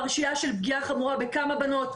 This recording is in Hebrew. פרשיה של פגיעה חמורה בכמה בנות,